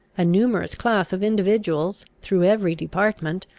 a numerous class of individuals, through every department,